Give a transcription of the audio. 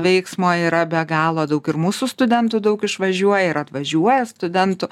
veiksmo yra be galo daug ir mūsų studentų daug išvažiuoja ir atvažiuoja studentų